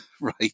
right